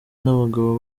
n’abagabo